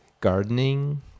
gardening